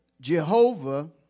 Jehovah